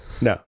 No